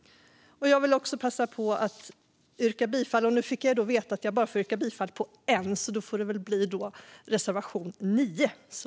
Jag vill också passa att yrka bifall till reservation 9.